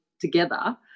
together